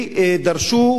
ודרשו,